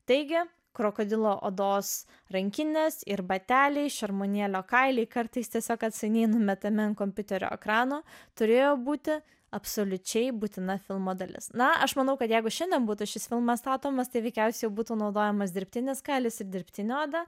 teigia krokodilo odos rankinės ir bateliai šermuonėlio kailį kartais tiesiog atsainiai numeta ant kompiuterio ekrano turėjo būti absoliučiai būtina filmo dalis na aš manau kad jeigu šiandien būtų šis filmas statomas veikiausiai būtų naudojamas dirbtinis kailis ir dirbtinę odą